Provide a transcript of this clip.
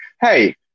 hey